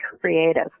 creative